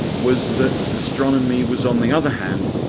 was that astronomy was on the other hand,